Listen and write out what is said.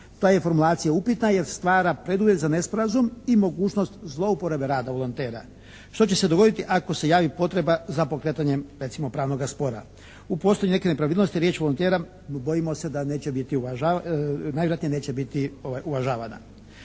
Ta je formulacija upitna jer smatra preduvjet za nesporazum i mogućnost zlouporabe rada volontera. Što će se dogoditi ako se javi potreba za pokretanjem recimo pravnoga spora? Tu postoje neke nepravilnosti. Riječ volontera bojimo se da najvjerojatnije neće biti uvažavana.